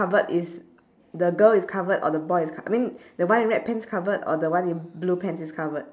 covered is the girl is covered or the boy is cov~ I mean the one in red pants covered or the one in blue pants is covered